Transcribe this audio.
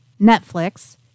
Netflix